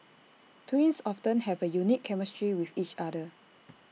twins often have A unique chemistry with each other